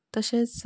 तशेंच